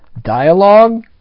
dialogue